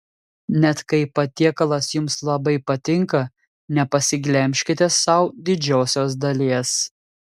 net kai patiekalas jums labai patinka nepasiglemžkite sau didžiosios dalies